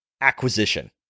acquisition